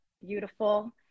beautiful